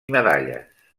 medalles